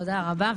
תודה רבה.